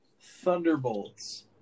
thunderbolts